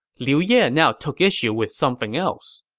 liu ye now took issue with something else.